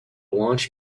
launch